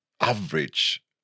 average